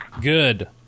Good